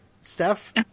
steph